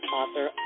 author